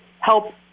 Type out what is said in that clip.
help